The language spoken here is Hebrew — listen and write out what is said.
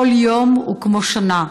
כל יום הוא כמו שנה,